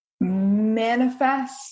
manifest